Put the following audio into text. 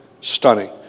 Stunning